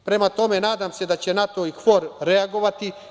Prema tome, nadam se da će NATO i KFOR reagovati.